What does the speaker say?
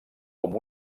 com